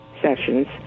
sessions